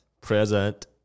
present